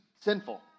sinful